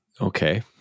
Okay